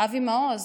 אבי מעוז: